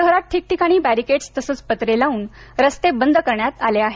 शहरात ठिकठिकाणी बॅरिकेट्स तसंच पत्रे लावून रस्ते बंद करण्यात आले आहेत